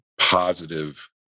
positive